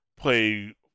play